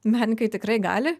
menininkai tikrai gali